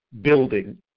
building